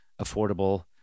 affordable